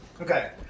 Okay